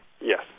Yes